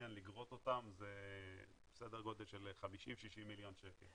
לגרוט אותן, זה סדר גודל של 50-60 מיליון שקל.